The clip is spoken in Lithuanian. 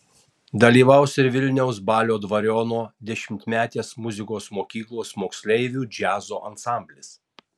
dalyvaus ir vilniaus balio dvariono dešimtmetės muzikos mokyklos moksleivių džiazo ansamblis